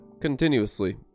continuously